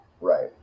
Right